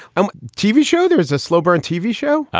um tv show there is a slow burn tv show.